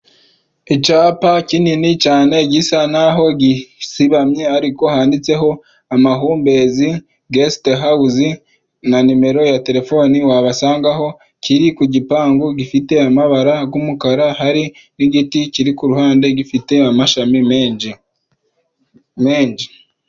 Icyapa kinini cyane gisa naho gisibamye, ariko handitseho amahumbezi gesite hawuzi, na nimero ya telefone wabasangaho, kiri ku gipangu gifite amabara y'umukara, hari n'igiti kiri kuruhande gifite amashami menshi.